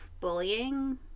bullying